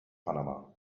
panama